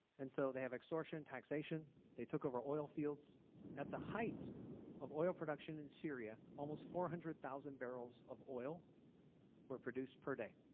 and so they have extortion taxation they took over oilfields at the height of oil production in syria, almost four hundred thousand barrels of oil were produced per day.